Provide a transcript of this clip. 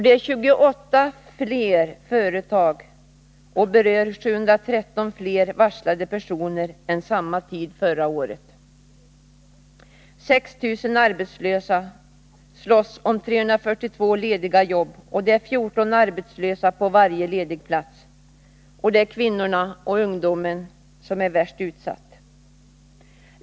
Det är 28 fler företag, och varslen berör 713 fler personer än samma tid förra året. 6 000 arbetslösa slåss om 342 lediga jobb, det är 14 arbetslösa på varje ledig plats. Kvinnorna och ungdomarna är värst utsatta.